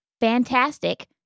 Fantastic